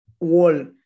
wall